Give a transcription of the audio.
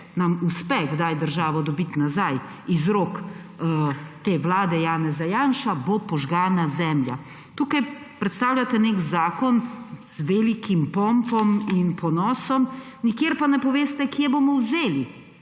nam uspe kdaj državo dobiti nazaj iz rok te vlade Janeza Janše, bo požgana zemlja. Tukaj predstavljate nek zakon z velikim pompom in ponosom, nikjer pa ne poveste, kje bomo vzeli.